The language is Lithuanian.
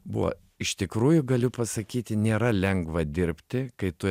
buvo iš tikrųjų galiu pasakyti nėra lengva dirbti kai tu